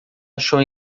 achou